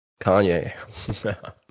Kanye